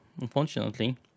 unfortunately